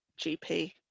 GP